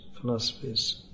philosophies